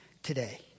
today